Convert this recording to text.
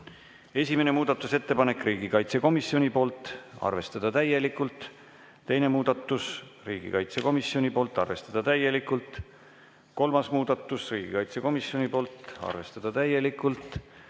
Esimene muudatusettepanek, riigikaitsekomisjonilt, arvestada täielikult. Teine muudatus, riigikaitsekomisjonilt, arvestada täielikult. Kolmas muudatus, riigikaitsekomisjonilt, arvestada täielikult.